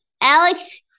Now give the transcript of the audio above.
Alex